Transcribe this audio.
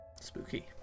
Spooky